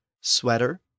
sweater